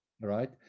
Right